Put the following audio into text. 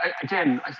again